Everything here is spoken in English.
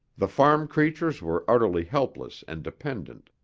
the farm creatures were utterly helpless and dependent,